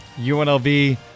UNLV